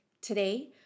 Today